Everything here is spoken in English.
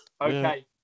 Okay